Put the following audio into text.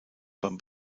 beim